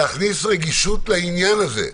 להכניס רגישות לעניין הזה.